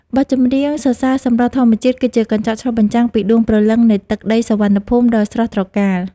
បទចម្រៀងសរសើរសម្រស់ធម្មជាតិ គឺជាកញ្ចក់ឆ្លុះបញ្ចាំងពីដួងព្រលឹងនៃទឹកដីសុវណ្ណភូមិដ៏ស្រស់ត្រកាល។